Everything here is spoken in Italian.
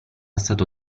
stato